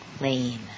Lane